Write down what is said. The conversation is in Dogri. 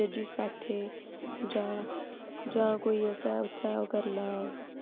जॅजिस बैठे जां जां कोई असे उत्थैं ओह करना